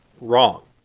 Wrong